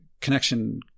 connection